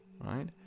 right